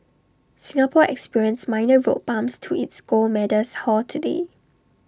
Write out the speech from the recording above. Singapore experienced minor road bumps to its gold medals haul today